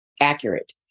accurate